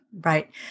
Right